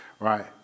Right